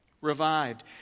Revived